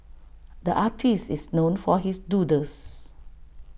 the artist is known for his doodles